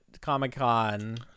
Comic-Con